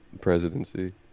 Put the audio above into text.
presidency